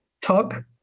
talk